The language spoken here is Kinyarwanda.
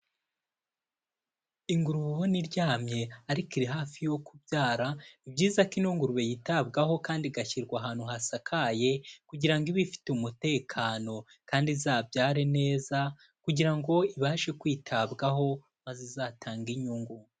Ingurube ubona iryamye ariko iri hafi yo kubyara, ni byiza ko ino ngurube yitabwaho kandi igashyirwa ahantu hasakaye kugira ngo ibe ifite umutekano kandi izabyare neza kugira ngo ibashe kwitabwaho maze izatange inyungu.